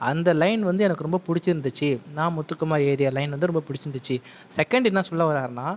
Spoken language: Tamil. அந்த லைன் வந்து எனக்கு ரொம்ப பிடிச்சிருந்திச்சி நான் முத்துக்குமார் எழுதிய லைன் வந்து ரொம்ப பிடிச்சிருந்திச்சி செகேண்டு என்ன சொல்லவரார்னா